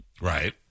Right